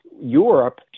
Europe